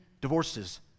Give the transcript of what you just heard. divorces